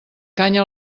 canya